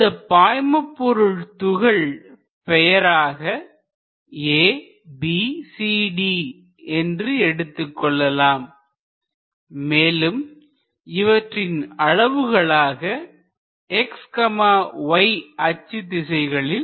இந்த பாய்மபொருள் துகள் பெயராக ABCD என்று எடுத்துக்கொள்ளலாம் மேலும் இவற்றின் அளவுகளாக xy அச்சு திசைகளில் Δ x மற்றும் Δ y என்று அமைந்துள்ளதாக முறையே எடுத்துக் கொள்வோம்